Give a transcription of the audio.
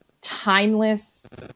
timeless